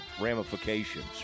ramifications